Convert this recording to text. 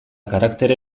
karaktere